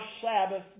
Sabbath